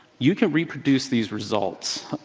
you can reproduce these results.